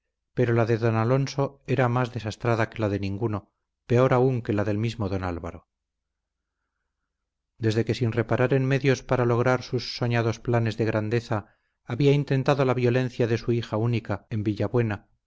pero la de don alonso era más desastrada que la de ninguno peor aún que la del mismo don álvaro desde que sin reparar en medios para lograr sus soñados planes de grandeza había intentado la violencia de su hija única en